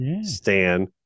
Stan